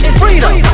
freedom